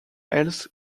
else